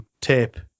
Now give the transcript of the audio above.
tape